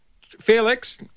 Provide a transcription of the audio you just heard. Felix